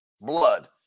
blood